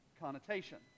connotation